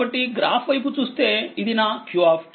కాబట్టిగ్రాఫ్ వైపు చూస్తే ఇది నా q